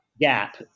gap